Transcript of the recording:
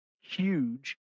huge